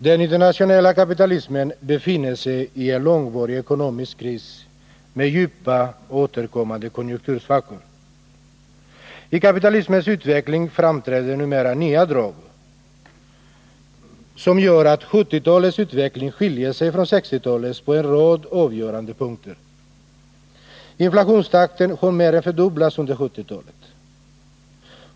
Herr talman! Den internationella kapitalismen befinner sig i en långvarig ekonomisk kris med djupa återkommande konjunktursvackor. I kapitalismens utveckling framträder numera nya drag, som gör att 1970-talets utveckling skiljer sig från 1960-talets på en rad avgörande punkter. Inflationstakten har mer än fördubblats under 1970-talet.